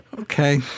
okay